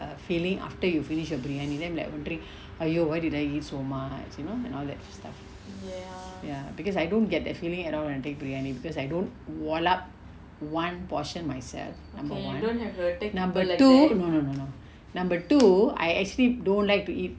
err feeling after you finish your briyani then you are like wondering !aiyo! why did I eat so much you know and all that stuff ya because I don't get that feeling at all when I take briyani because I don't wallop one portion myself number one number two no no no number two I actually don't like to eat